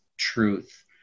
truth